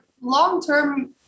long-term